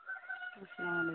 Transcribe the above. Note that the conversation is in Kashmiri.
السَلام